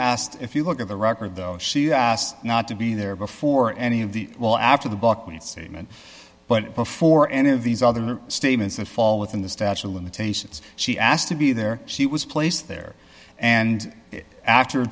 asked if you look at the record though she asked not to be there before any of the well after the book when statement but before any of these other statements that fall within the statute of limitations she asked to be there she was placed there and after